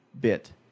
bit